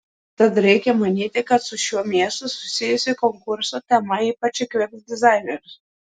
tad reikia manyti kad su šiuo miestu susijusi konkurso tema ypač įkvėps dizainerius